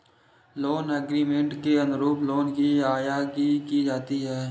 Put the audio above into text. loan agreement के अनुरूप loan की अदायगी की जाती है